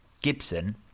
Gibson